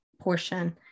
portion